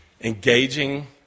engaging